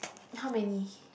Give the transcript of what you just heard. how many